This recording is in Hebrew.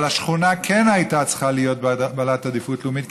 אבל השכונה כן הייתה צריכה להיות בעלת עדיפות לאומית,